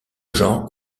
genre